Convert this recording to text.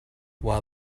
while